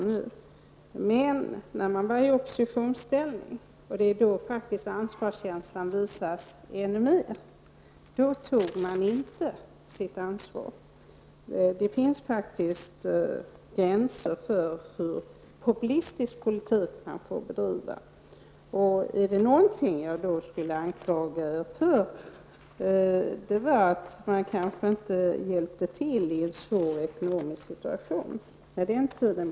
Men när socialdemokraterna var i oppositionsställning, och det är faktiskt då som ansvarskänslan visas ännu mer, tog de inte sitt ansvar. Det finns faktiskt gränser för hur populistisk politik man får bedriva. Är det något som jag skall anklaga socialdemokraterna för är det att de kanske inte hjälpte till i en svår ekonomisk situation på den tiden.